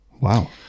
Wow